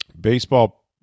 Baseball